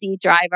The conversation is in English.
driver